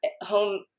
home